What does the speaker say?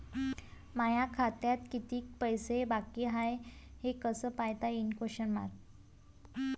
माया खात्यात कितीक पैसे बाकी हाय हे कस पायता येईन?